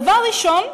דבר ראשון,